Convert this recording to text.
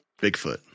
Bigfoot